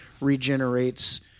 regenerates